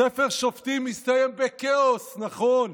ספר שופטים הסתיים בכאוס, נכון.